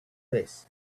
this